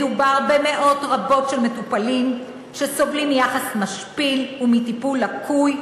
מדובר במאות רבות של מטופלים שסובלים מיחס משפיל ומטיפול לקוי,